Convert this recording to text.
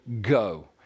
go